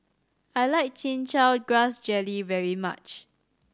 I like Chin Chow Grass Jelly very much